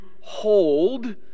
hold